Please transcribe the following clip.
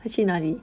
他去哪里